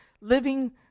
living